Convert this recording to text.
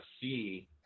see